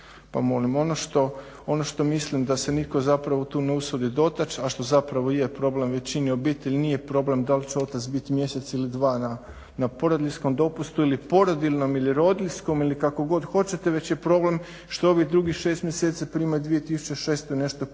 pa molim ono. Ono što mislim da se nitko zapravo ne usudi dotaći a što zapravo je većini obitelji. Nije problem dal će otac bit mjesec ili dva na porodiljskom dopustu ili porodiljinom ili kako god hoćete već je problem što ovih drugih šest mjeseci primaju 2600 i nešto kuna